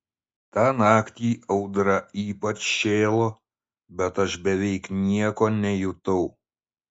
tą naktį audra ypač šėlo bet aš beveik nieko nejutau